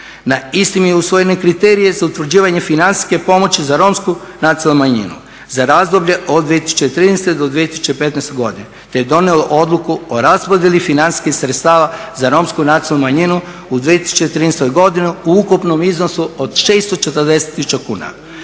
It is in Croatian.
Na istim je usvojio i kriterije za utvrđivanje financijske pomoći za romsku nacionalnu manjinu za razdoblje od 2013. do 2015. godine, te je donijelo odluku o raspodjeli financijskih sredstava za romsku nacionalnu manjinu u 2013. godini u ukupnom iznosu od 640000 kuna.